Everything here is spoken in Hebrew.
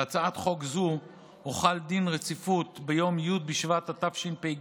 על הצעת חוק זו הוחל דין רציפות ביום י' בשבט התשפ"ג,